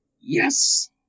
yes